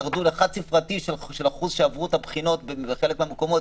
שם ירדו למשל לאחוז חד-ספרתי שעבר את הבחינה בחלק מהמקומות.